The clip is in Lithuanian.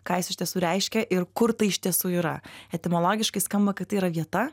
ką jis iš tiesų reiškia ir kur tai iš tiesų yra etimologiškai skamba kad tai yra vieta